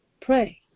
Pray